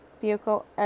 vehicle